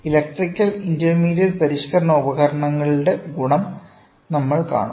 electrical intermediate പരിഷ്ക്കരണ ഉപകരണങ്ങളുടെ ഗുണം നമ്മൾ കാണും